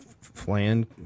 flan